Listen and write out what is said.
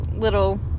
little